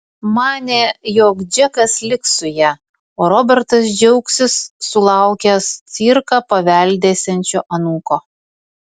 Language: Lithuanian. manė jog džekas liks su ja o robertas džiaugsis sulaukęs cirką paveldėsiančio anūko